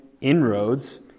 inroads